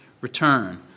return